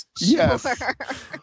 Yes